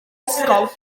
ysgol